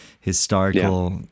historical